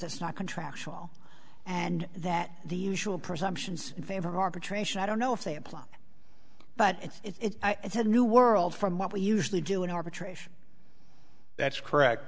it's not contractual and that the usual presumptions in favor of arbitration i don't know if they apply but it's it's a new world from what we usually do in arbitration that's correct